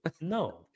No